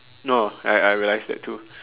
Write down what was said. no I I I realize that too